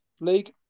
league